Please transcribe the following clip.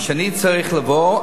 אני צריך לבוא,